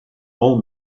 all